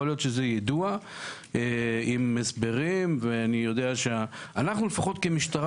יכול להיות שזה יידוע עם הסברים אבל אני יודע שאנחנו לפחות כמשטרה,